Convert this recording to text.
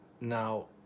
Now